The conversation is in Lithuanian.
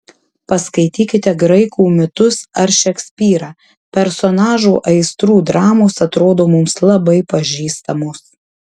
paskaitykite graikų mitus ar šekspyrą personažų aistrų dramos atrodo mums labai pažįstamos